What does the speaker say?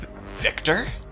Victor